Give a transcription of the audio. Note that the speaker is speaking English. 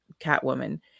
Catwoman